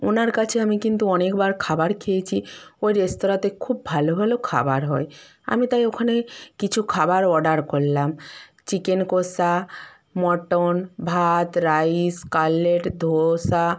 ওনার কাছে আমি কিন্তু অনেক বার খাবার খেয়েছি ওই রেস্তোরাঁতে খুব ভালো ভালো খাবার হয় আমি তাই ওখানে কিছু খাবার অর্ডার করলাম চিকেন কষা মটন ভাত রাইস কাটলেট ধোসা